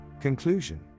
Conclusion